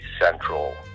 central